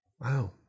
Wow